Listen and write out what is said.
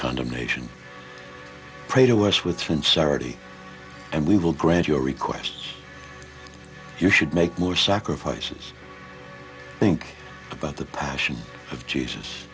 condemnation pray to us with sincerity and we will grant your requests you should make more sacrifices think about the passion of jesus